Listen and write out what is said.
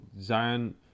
Zion